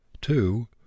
two